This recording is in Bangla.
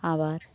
আবার